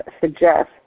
suggest